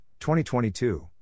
2022